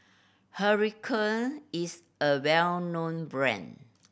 Hiruscar is a well known brand